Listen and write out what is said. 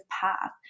path